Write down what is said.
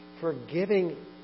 forgiving